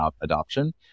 adoption